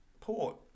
Port